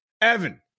Evan